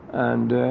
and